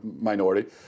minority